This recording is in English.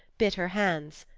bit her hands.